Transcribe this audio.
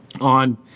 on